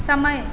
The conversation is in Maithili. समय